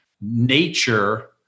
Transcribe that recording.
nature